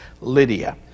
Lydia